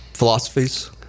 philosophies